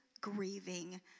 grieving